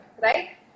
right